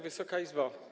Wysoka Izbo!